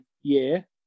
year